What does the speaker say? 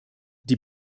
die